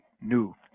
new